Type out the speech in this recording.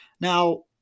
Now